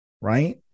Right